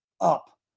up